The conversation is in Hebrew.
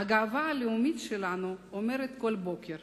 "הגאווה הלאומית שלנו אומרת כל בוקר: